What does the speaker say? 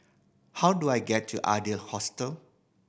how do I get to Adler Hostel